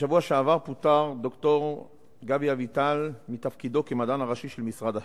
בשבוע שעבר פוטר ד"ר גבי אביטל מתפקידו כמדען הראשי של משרד החינוך.